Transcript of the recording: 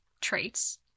traits